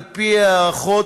על-פי הערכות,